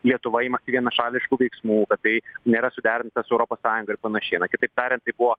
lietuva imasi vienašališkų veiksmų kad tai nėra suderinta su europos sąjunga ir panašiai na kitaip tariant tai buvo